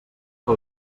que